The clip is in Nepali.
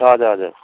हजुर हजुर